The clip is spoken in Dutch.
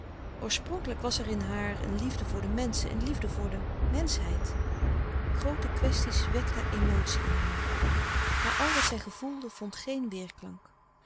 oorspronkelijk was er in haar een liefde voor de menschen een liefde voor de menschheid groote kwesties wekten emotie in haar maar al wat zij gevoelde vond geen